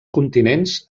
continents